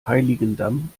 heiligendamm